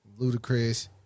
Ludacris